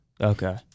Okay